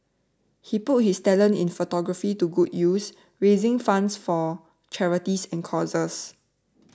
he put his talent in photography to good use raising funds for charities and causes